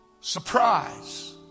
Surprise